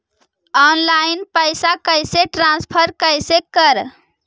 Online पैसा कैसे transfer कैसे कर?